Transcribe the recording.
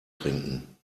trinken